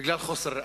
בגלל חוסר ראיות.